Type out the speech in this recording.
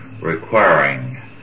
requiring